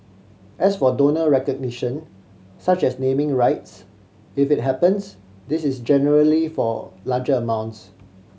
as for donor recognition such as naming rights if it happens this is generally for larger amounts